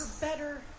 better